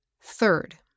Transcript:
Third